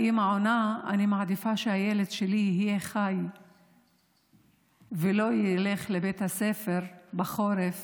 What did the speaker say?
האימא עונה: אני מעדיפה שהילד שלי יהיה חי ולא ילך לבית הספר בחורף